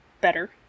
better